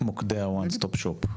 מוקדי ה-"One Stop Shop".